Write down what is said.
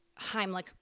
Heimlich